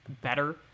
better